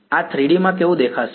આ 3 D માં કેવું દેખાશે